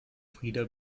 frida